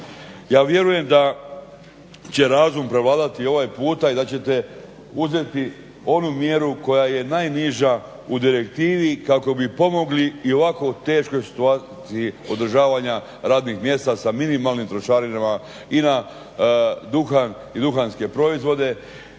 Ja vjerujem da će razum prevladati ovaj puta i da ćete uzeti onu mjeru koja je najniža u direktivi kako bi pomogli i ovako teškoj situaciji održavanja radnih mjesta sa minimalnim trošarinama i na duhan i duhanske proizvode